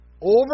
over